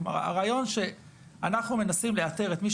הרעיון הוא שאנחנו מנסים לאתר את מי